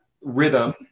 rhythm